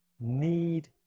need